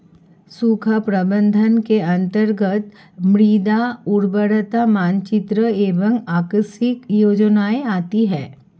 सूखा प्रबंधन के अंतर्गत मृदा उर्वरता मानचित्र एवं आकस्मिक योजनाएं आती है